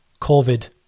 COVID